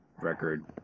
record